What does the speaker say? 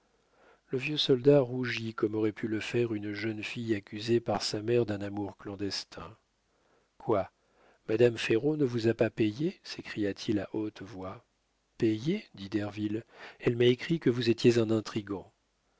le vieux soldat rougit comme aurait pu le faire une jeune fille accusée par sa mère d'un amour clandestin quoi madame ferraud ne vous a pas payé s'écria-t-il à haute voix payé dit derville elle m'a écrit que vous étiez un intrigant